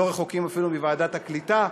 ואנחנו לא רחוקים אפילו מוועדת הקליטה.